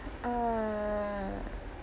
uh